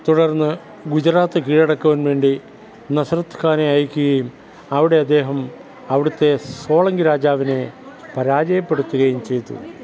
തുടർന്ന് ഗുജറാത്ത് കീഴടക്കുവാന് വേണ്ടി നസ്രത്ത് ഖാനെ അയക്കുകയും അവിടെ അദ്ദേഹം അവിടുത്തെ സോളങ്കി രാജാവിനെ പരാജയപ്പെടുത്തുകയും ചെയ്തു